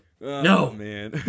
No